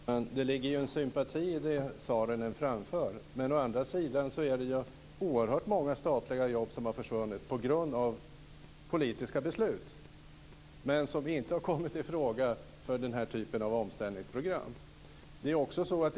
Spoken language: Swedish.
Fru talman! Det ligger en sympati i det Saarinen framför. Men å andra sidan är det oerhört många statliga jobb som har försvunnit på grund av politiska beslut där man inte har kommit i fråga för den här typen av omställningsprogram.